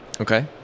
Okay